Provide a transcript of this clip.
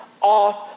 off